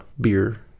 beer